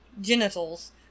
genitals